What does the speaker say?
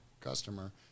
customer